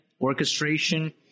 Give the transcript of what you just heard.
orchestration